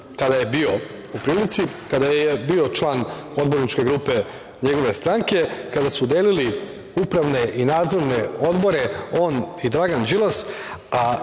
kada je bio u prilici, kada je bio član odborničke grupe njegove stranke, kada su delili upravne i nadzorne odbore, on i Dragan Đilas.